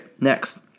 next